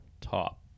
top